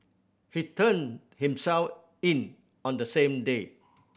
he turned himself in on the same day